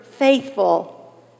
faithful